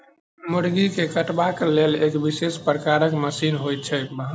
मुर्गी के कटबाक लेल एक विशेष प्रकारक मशीन होइत छै